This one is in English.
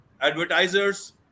advertisers